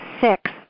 six